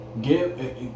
give